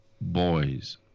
boys